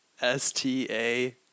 S-T-A